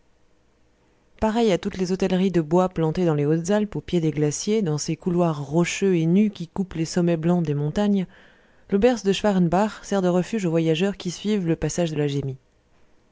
pareille à toutes les hôtelleries de bois plantées dans les hautes-alpes au pied des glaciers dans ces couloirs rocheux et nus qui coupent les sommets blancs des montagnes l'auberge de schwarenbach sert de refuge aux voyageurs qui suivent le passage de la